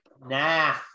nah